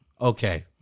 Okay